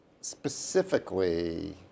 Specifically